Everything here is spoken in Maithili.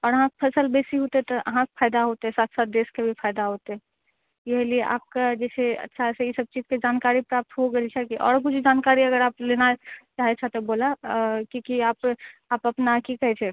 आओर अहाँके फसल बेसी होतै तऽ अहाँके फाइदा होतै साथ साथ देशके भी फाइदा होतै यहए लिए आपके जइसे अच्छा से इसब चीजके जानकारी प्राप्त हो गेल छै कि आओर किछु जानकारी अगर आप लेना चाहै छह तऽ बोलह की की आप आप अपना की कहै छै